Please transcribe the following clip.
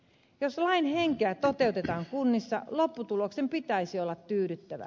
jos lain henkeä toteutetaan kunnissa lopputuloksen pitäisi olla tyydyttävä